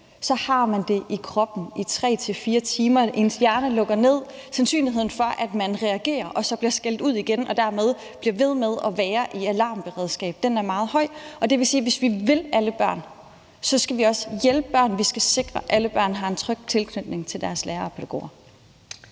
har man det i kroppen i 3 til 4 timer, og ens hjerne lukker ned. Sandsynligheden for, at man reagerer og så bliver skældt ud igen og dermed bliver ved med at være i alarmberedskab, er meget høj. Det vil sige, at hvis vi vil alle børn, så skal vi også hjælpe børn. Vi skal sikre, at alle børn har en tryg tilknytning til deres lærere og pædagoger.